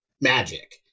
magic